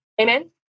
Amen